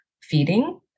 feeding